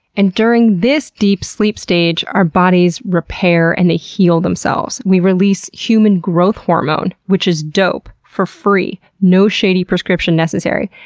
and during this deep sleep stage, our bodies repair and heal themselves. we release human growth hormone which is dope for free, no shady prescription necessary!